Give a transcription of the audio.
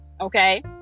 okay